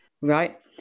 right